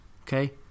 Okay